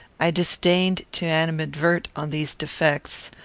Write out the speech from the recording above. i disdained to animadvert on these defects,